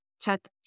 Chat